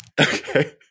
okay